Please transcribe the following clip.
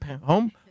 Home